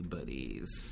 Buddies